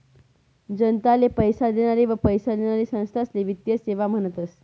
जनताले पैसा देनारी व पैसा लेनारी संस्थाले वित्तीय संस्था म्हनतस